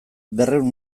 berrehun